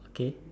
okay